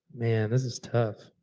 man, this is tough.